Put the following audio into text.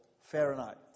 Fahrenheit